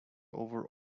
over